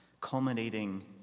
culminating